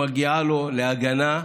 שמגיעה לו, להגנה,